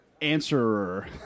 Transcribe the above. answerer